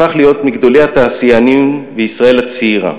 הפך להיות מגדולי התעשיינים בישראל הצעירה,